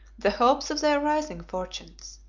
the hopes of their rising fortunes.